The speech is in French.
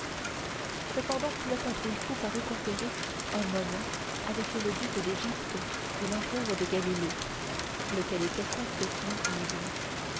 cependant clopin trouillefou parut conférer un moment avec le duc d'égypte et l'empereur de galilée lequel était complètement ivre